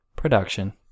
Production